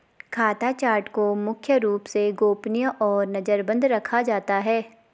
खाता चार्ट को मुख्य रूप से गोपनीय और नजरबन्द रखा जाता है